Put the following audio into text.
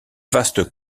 vaste